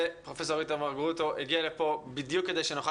שנשמע את פרופסור איתמר גרוטו שהגיע לכאן בדיוק כדי שנוכל